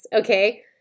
okay